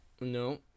No